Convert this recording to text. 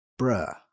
bruh